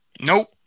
Nope